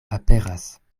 aperas